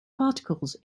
particles